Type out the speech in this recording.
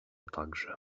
także